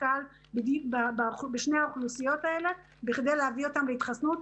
קבל בשתי האוכלוסיות האלה בכדי להביא אותן להתחסנות,